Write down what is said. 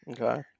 Okay